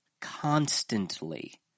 constantly